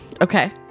Okay